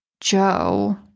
joe